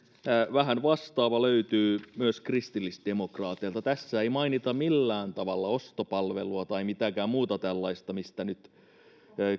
vähän vastaava löytyy myös kristillisdemokraateilta tässä ei mainita millään tavalla ostopalvelua tai mitään muutakaan tällaista mistä nyt